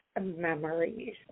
memories